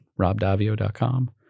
robdavio.com